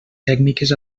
tècniques